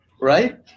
right